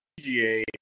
PGA